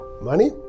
Money